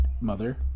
mother